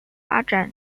发展